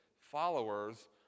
followers